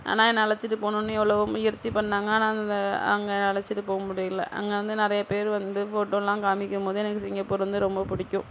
ஆனால் என்னை அழைச்சிட்டு போகணும்னு எவ்வளவோ முயற்சி பண்ணாங்க ஆனால் அந்த அங்கே அழைச்சிட்டு போக முடியல அங்கே வந்து நிறைய பேர் வந்து ஃபோட்டோலாம் காமிக்கும்போது எனக்கு சிங்கப்பூர் வந்து ரொம்ப பிடிக்கும்